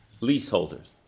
leaseholders